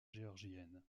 géorgienne